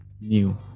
new